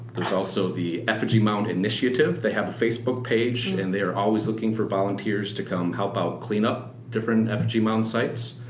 there's also the effigy mound initiative. they have a facebook page. and they are always looking for volunteers to help help clean up different effigy mound sites.